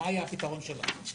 מה יהיה הפתרון שלנו?